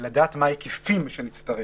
מה ההיקפים שנצטרך,